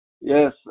Yes